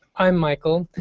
i'm michael.